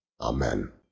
Amen